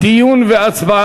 תודה.